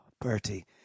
Bertie